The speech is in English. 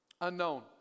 unknown